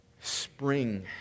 spring